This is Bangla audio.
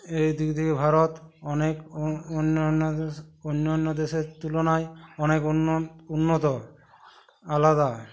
এইদিক থেকে ভারত অনেক অন্য অন্য দেশের অন্য অন্য দেশের তুলনায় অনেক উন্নত আলাদা